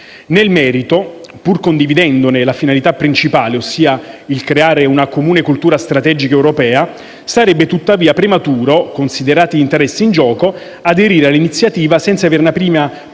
Nel merito, pur condividendone la finalità principale, ossia il creare una comune cultura strategica europea, sarebbe tuttavia prematuro, considerati gli interessi in gioco, aderire all'iniziativa senza averne prima